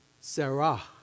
Sarah